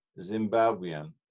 Zimbabwean